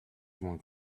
one